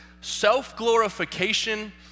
Self-glorification